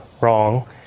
wrong